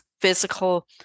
physical